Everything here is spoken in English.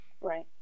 Right